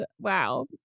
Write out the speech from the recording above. wow